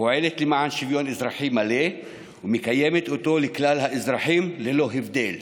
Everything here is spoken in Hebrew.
פועלת למען שוויון אזרחי מלא ומקיימת אותו לכלל האזרחים ללא הבדל,